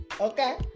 Okay